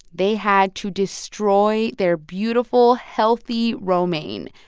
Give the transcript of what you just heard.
they had to destroy their beautiful, healthy romaine.